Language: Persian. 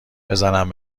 بزنم